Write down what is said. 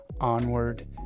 onward